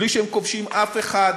בלי שהם כובשים אף אחד.